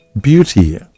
beauty